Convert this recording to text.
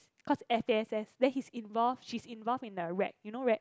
because F_A_S_S then he's involve she's involved in the rec you know rec